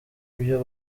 ibyo